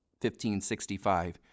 1565